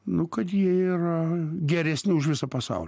nu kad jie yra geresni už visą pasaulį